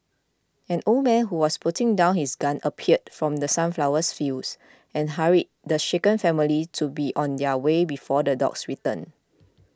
an old man who was putting down his gun appeared from The Sunflowers fields and hurried the shaken family to be on their way before the dogs return